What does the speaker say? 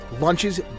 Lunches